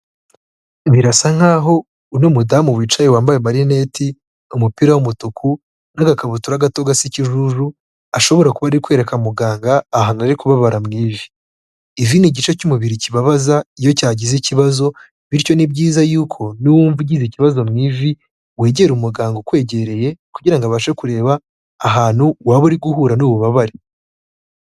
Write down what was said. Birasa nk'aho uno mudamu wicaye wambaye amarineti, umupira w'umutuku n'agakabutura gato gasa ikijuju, ashobora kuba ari kwereka muganga ahantu ari kubabara mu ivi, ivi ni igice cy'umubiri kibabaza iyo cyagize ikibazo, bityo ni byiza yuko niwumva ugize ikibazo mu ivi, wegera umuganga ukwegereye kugira ngo abashe kureba ahantu waba uri guhura n'ububabare.